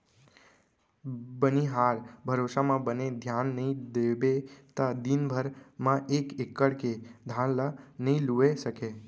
बनिहार भरोसा म बने धियान नइ देबे त दिन भर म एक एकड़ के धान ल नइ लूए सकें